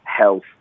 health